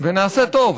ונעשה טוב.